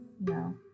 No